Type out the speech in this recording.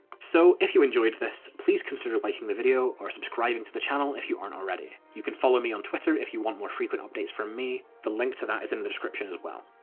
so, if you enjoyed this, please consider liking the video, or subscribing to the channel if you aren't already. you can follow me on twitter if you want more frequent updates from me, the link to that is in the description as well.